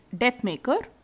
Deathmaker